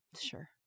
sure